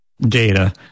data